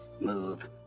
move